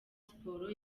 siporo